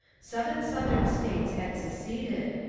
seven southern states had seceded,